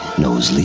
knows